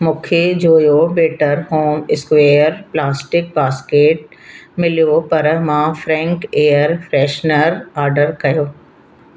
मूंखे जोयो better home square plastic basket मिलियो पर मां फ्रैंक एयर फ्रेशनर ऑडर कयो